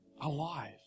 alive